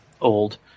old